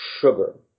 sugar